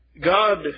God